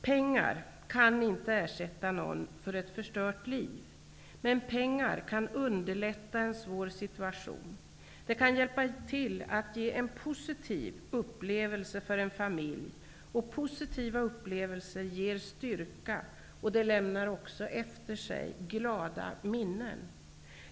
Pengar kan inte ersätta någon för ett förstört liv, men pengar kan underlätta en svår situation. Pengar kan hjälpa till att ge en positiv upplevelse för en familj, och positiva upplevelser ger styrka och lämnar efter sig glada minnen.